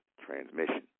transmission